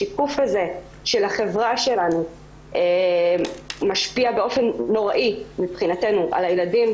השיקוף הזה של החברה שלנו משפיע באופן נוראי מבחינתנו על הילדים.